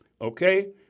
Okay